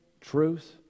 truth